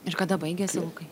ir kada baigiasi lukai